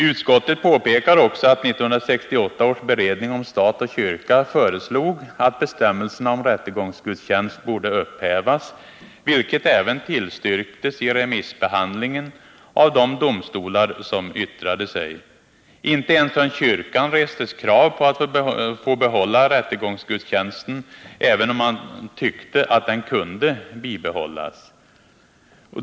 Utskottet påpekar att 1968 års beredning om stat och kyrka föreslog att bestämmelserna om rättegångsgudstjänst borde upphävas, vilket även tillstyrktes i remissbehandlingen av de domstolar som yttrade sig. Inte ens från kyrkan restes krav på att få behålla rättegångsgudstjänsten, även om man tyckte att den kunde bibehållas.